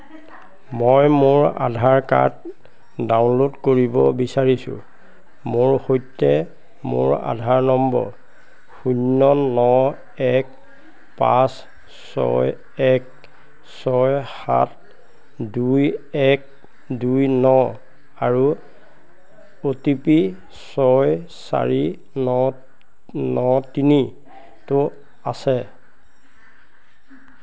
মই মোৰ Aadhaar card download কৰিব বিচাৰিছোঁ মোৰ সৈতে মোৰ আধাৰ নম্বৰ শূন্য ন এক পাঁচ ছয় এক ছয় সাত দুই এক দুই ন আৰু অ' টি পি ছয় চাৰি ন ন তিনিটো আছে